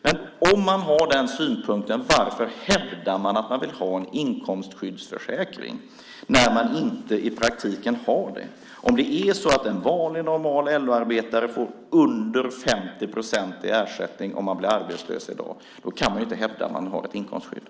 Men om man har den ståndpunkten, varför hävdar man att man vill ha en inkomstskyddsförsäkring när man inte i praktiken har det? Om en vanlig normal LO-arbetare får under 50 procent i ersättning vid arbetslöshet i dag går det inte att hävda att det finns ett inkomstskydd.